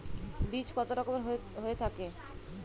বীজ কত রকমের হয়ে থাকে?